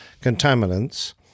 contaminants